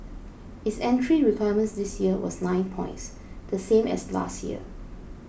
its entry requirement this year was nine points the same as last year